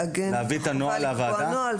לעגן חובה לקבוע נוהל,